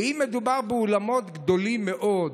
אם מדובר באולמות גדולים מאוד,